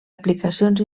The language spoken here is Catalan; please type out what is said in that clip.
aplicacions